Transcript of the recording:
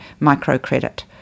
microcredit